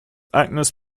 agnes